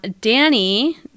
Danny